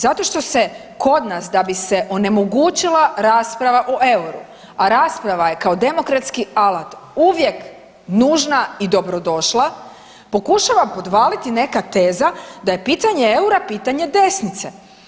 Zato što se kod nas da bi se onemogućila rasprava o EUR-u, a rasprava je kao demokratski alat uvijek nužna i dobrodošla, pokušava podvaliti neka teza da je je pitanje EUR-a pitanje desnice.